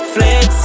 Flex